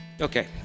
Okay